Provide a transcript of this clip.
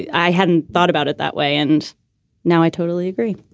i hadn't thought about it that way. and now i totally agree